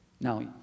Now